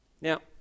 Now